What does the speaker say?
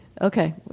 Okay